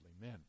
men